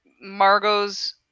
Margot's